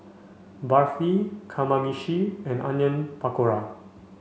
Barfi Kamameshi and Onion Pakora